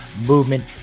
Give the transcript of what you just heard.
movement